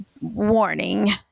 warning